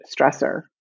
stressor